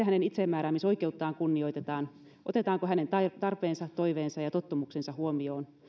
hänen itsemääräämisoikeuttaan kunnioitetaan otetaanko hänen tarpeensa toiveensa ja tottumuksensa huomioon